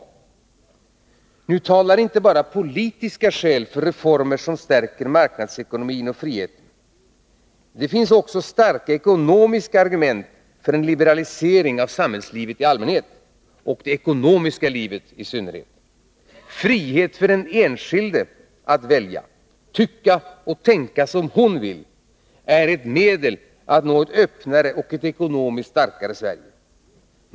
Nu talar inte bara politiska skäl för reformer som stärker marknadsekonomin och friheten. Det finns också starka ekonomiska argument för en liberalisering av samhällslivet i allmänhet och det ekonomiska livet i synnerhet. Frihet för den enskilde att välja, tycka och tänka som hon vill är ett medel att nå ett öppnare och ekonomiskt starkare Sverige.